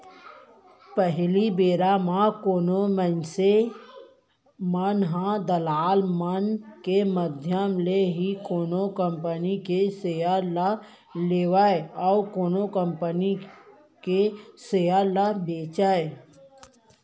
पहिली बेरा म कोनो मनसे मन ह दलाल मन के माधियम ले ही कोनो कंपनी के सेयर ल लेवय अउ कोनो कंपनी के सेयर ल बेंचय